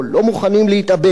לא מוכנים להתאבד,